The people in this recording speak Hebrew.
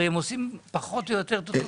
הרי הם עושים פחות או יותר את אותו הדבר.